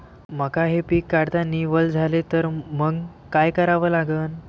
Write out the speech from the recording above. मका हे पिक काढतांना वल झाले तर मंग काय करावं लागन?